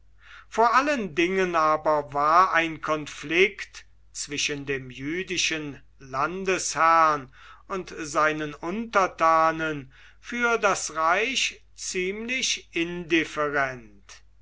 vor allen dingen aber war ein konflikt zwischen dem jüdischen landesherrn und seinen untertanen für das reich ziemlich indifferent